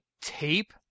tape